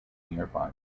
nearby